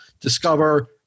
Discover